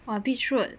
!wah! Beach Road